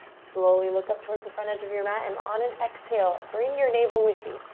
slowly look up towards the front edge of your mat, and on an exhale, bring your navel with you.